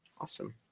Awesome